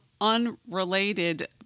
unrelated